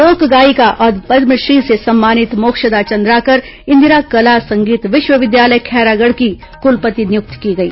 लोक गायिका और पद्मश्री से सम्मानित मोक्षदा चंद्राकर इंदिरा कला संगीत विश्वविद्यालय खैरागढ़ की कुलपति नियुक्त की गई